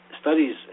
studies